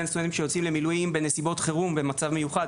סטודנטים שיוצאים למילואים בנסיבות חירום במצב מיוחד,